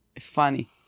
funny